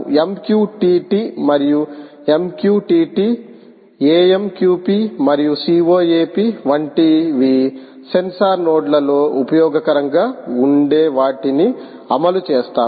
MQTT మరియు MQTT AMQP మరియు COAP వంటివి సెన్సార్ నోడ్లలో ఉపయోగకరంగా ఉండేవాటిని అమలు చేస్తాము